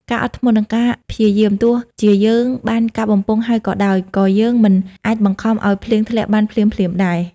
ការអត់ធ្មត់ និងការព្យាយាម ទោះជាយើងបានកាប់បំពង់ហើយក៏ដោយ ក៏យើងមិនអាចបង្ខំឱ្យភ្លៀងធ្លាក់បានភ្លាមៗដែរ។